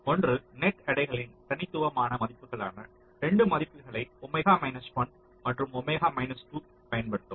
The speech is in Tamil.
ஒன்று நெட் எடைகளின் தனித்துவமான மதிப்புகளான 2 மதிப்புகளை ஒமேகா 1 மற்றும் ஒமேகா 2 பயன்படுத்தவும்